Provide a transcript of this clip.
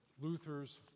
Luther's